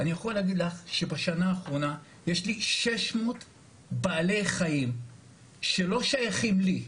אני יכול להגיד לך שבשנה האחרונה יש לי 600 בעלי חיים שלא שייכים לי,